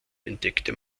entdeckte